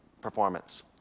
performance